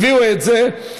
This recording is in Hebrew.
הביאו את זה.